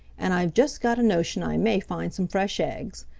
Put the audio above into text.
and i've just got a notion i may find some fresh eggs.